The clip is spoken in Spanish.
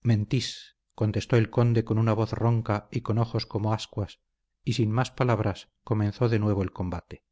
mentís contestó el conde con una voz ronca y con ojos como ascuas y sin más palabras comenzó de nuevo el combate